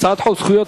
זכויות